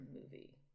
movie